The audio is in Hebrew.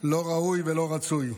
לא ראוי ולא רצוי.